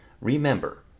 remember